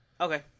Okay